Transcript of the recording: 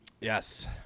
Yes